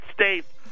States